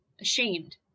ashamed